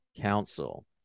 council